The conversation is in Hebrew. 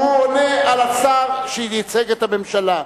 הוא עונה על דברי השר שייצג את הממשלה.